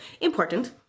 important